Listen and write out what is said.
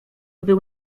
był